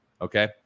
okay